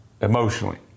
emotionally